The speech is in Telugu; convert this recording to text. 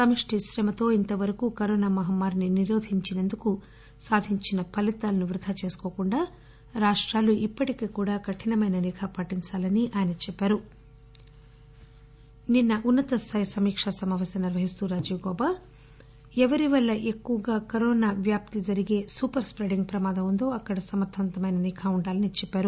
సమష్టి శ్రమతో ఇంతవరకు కరోనా మహమ్మారిని నిరోధించేందుకు సాధించిన ఫలితాలను వృథా చేసుకోకుండా రాప్రాలు ఇప్పటికి కూడా కఠినమైన నిఘా పాటించాలని ఆయన చెప్పారు ఉన్నతస్థాయి సమీకా సమాపేశం నిర్వహిస్తూ రాజీవ్ గౌబా ఎవరి వల్ల ఎక్కువగా కరోనా వ్యాప్తి జరిగే సూపర్ స్పెడ్లింగ్ ప్రమాదం ఉందో అక్కడ సమర్దవంతమైన నిఘా ఉండాలని చెప్పారు